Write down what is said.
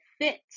fits